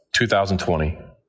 2020